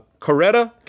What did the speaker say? Coretta